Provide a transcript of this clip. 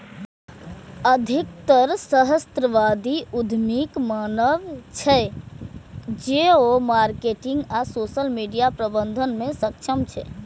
अधिकतर सहस्राब्दी उद्यमीक मानब छै, जे ओ मार्केटिंग आ सोशल मीडिया प्रबंधन मे सक्षम छै